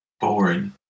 boring